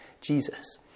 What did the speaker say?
Jesus